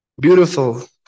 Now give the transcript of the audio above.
Beautiful